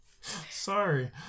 sorry